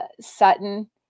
Sutton